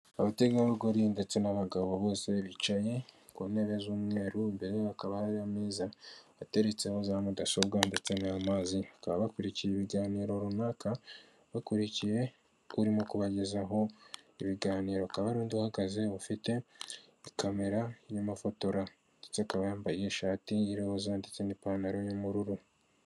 Abategarugori ndetse n'abagabo bose bicaye ku ntebe z'umweru mbere hakaba hari ameza ateretseho za mudasobwa ndetse n'amazi bakaba bakurikiye ibiganiro runaka bakurikiye urimo kubagezaho ibiganiro hakaba hari undi uhagaze ufite kamera y'amafotora ndetse akaba yambaye ishati y' iroza ndetse n'ipantaro y'ubururu.